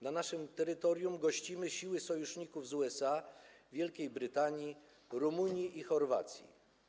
Na naszym terytorium gościmy siły sojuszników z USA, Wielkiej Brytanii, Rumunii i Chorwacji.